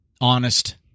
honest